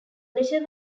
letter